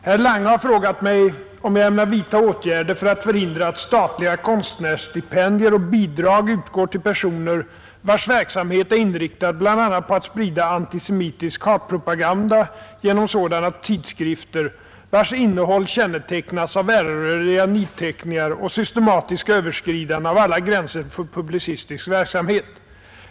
Herr Lange har frågat mig om jag ämnar vidta åtgärder för att förhindra att statliga konstnärsstipendier och bidrag utgår till personer vars verksamhet är inriktad bl.a. på att sprida antisemitisk hatpropaganda genom sådana tidskrifter, vars innehåll kännetecknas av äreröriga nidteckningar och systematiska överskridanden av alla gränser för publicistisk verksamhet.